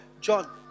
John